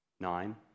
nine